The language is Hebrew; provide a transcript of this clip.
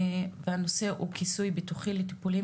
והנושא הוא כיסוי ביטוחי לטיפולים